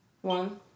One